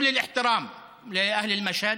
(אומר בערבית: כל הכבוד לתושבי אל-משהד)